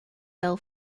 bell